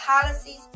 policies